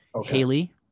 Haley